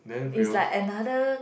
is like another